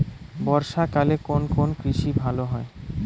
বর্ষা কালে কোন কোন কৃষি ভালো হয়?